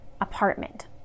apartment